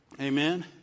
Amen